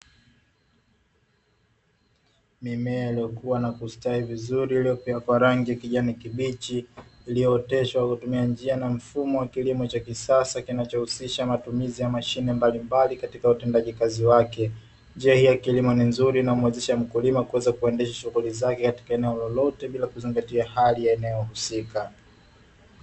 Mimea iliyokuwa na kustawi vizuri iliyopea kwa rangi ya kijani kibichi iliyooteshwa kwa kutumia njia na mfumo wa kilimo cha kisasa, kinachohusisha matumizi ya mashine mbalimbali katika utendaji kazi wake; njia hiyo ya kilimo ni nzuri na humwezesha mkulima kuweza kuendesha shughuli zake katika eneo lolote bila kuzingatia hali ya eneo husika.